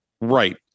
right